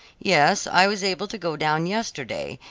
yes, i was able to go down yesterday,